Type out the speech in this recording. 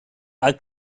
are